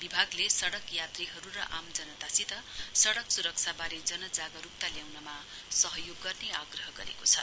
विभागले सड़क यात्रीहरु र आम जनतासित सड़क सुरक्षावारे जन जागरुकता ल्याउनमा सहयोग गर्ने आग्रह गरेको छ